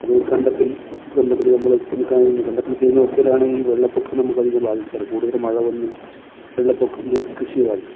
അത് കണ്ടത്തിൽ കണ്ടത്തിൽ നമ്മൾ കണ്ടത്തിൽ ചെയ്യുന്ന അവസ്ഥയിലാണ് ഈ വെള്ളപ്പൊക്കം നമുക്കധികം ബാധിക്കാറ് കൂടുതൽ മഴ വന്ന് വെള്ളപ്പൊക്കം നെൽക്കൃഷിയെ ബാധിക്കും